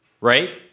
Right